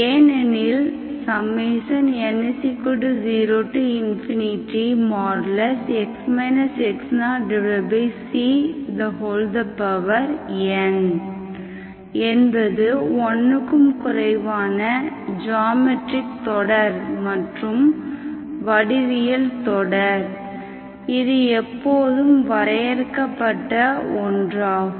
ஏனெனில் n 0x x0cn என்பது 1 க்கும் குறைவான ஜாமெட்ரிக் தொடர் மற்றும் வடிவியல் தொடர் இது எப்போதும் வரையறுக்கப்பட்ட ஒன்றாகும்